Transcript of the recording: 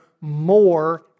more